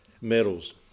medals